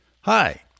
Hi